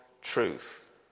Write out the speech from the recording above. truth